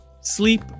sleep